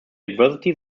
adversity